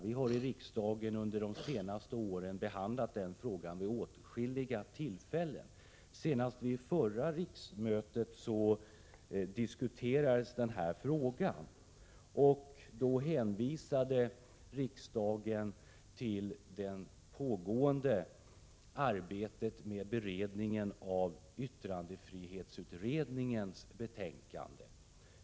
Vi har i riksdagen under de senaste åren behandlat frågan vid åtskilliga tillfällen, senast vid förra riksmötet. Då hänvisade man till det pågående arbetet med beredningen av yttrandefrihetsutredningens betänkande.